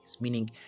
Meaning